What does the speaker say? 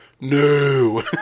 no